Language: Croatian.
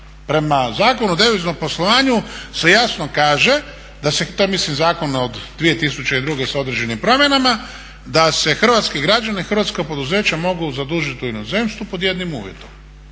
Prema Zakonu o deviznom poslovanju se jasno kaže da se, to je mislim zakon od 2002. s određenim promjenama, da se hrvatski građani, hrvatska poduzeća mogu zadužit u inozemstvu pod jednim uvjetom,